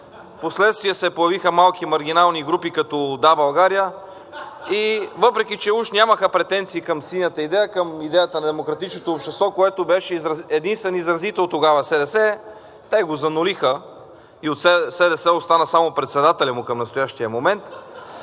Впоследствие се появиха малки маргинални групи като „Да, България!“ и въпреки че уж нямаха претенции към синята идея, към идеята на демократичното общество, на която единствен изразител тогава беше СДС, те го занулиха и от СДС остана само председателят му към настоящия момент.